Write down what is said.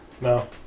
no